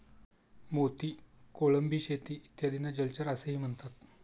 मोती, कोळंबी शेती इत्यादींना जलचर असेही म्हणतात